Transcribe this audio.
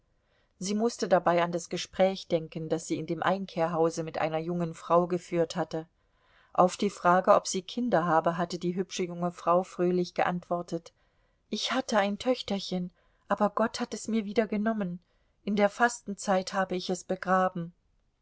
sie mußte dabei an das gespräch denken das sie in dem einkehrhause mit einer jungen frau geführt hatte auf die frage ob sie kinder habe hatte die hübsche junge frau fröhlich geantwortet ich hatte ein töchterchen aber gott hat es mir wieder genommen in der fastenzeit habe ich es be